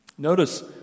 Notice